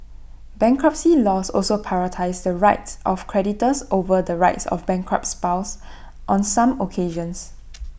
bankruptcy laws also prioritise the rights of creditors over the rights of bankrupt's spouse on some occasions